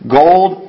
gold